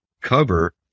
cover